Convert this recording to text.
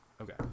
Okay